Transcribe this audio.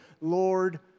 Lord